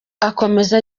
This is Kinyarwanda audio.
akomeza